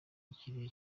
ikiriyo